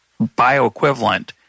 bioequivalent